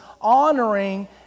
honoring